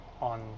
on